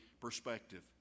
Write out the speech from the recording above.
perspective